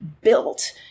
built